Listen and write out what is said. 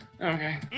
Okay